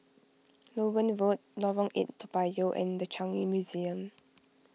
Loewen Road Lorong eight Toa Payoh and the Changi Museum